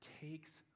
takes